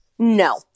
No